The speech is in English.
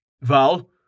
Val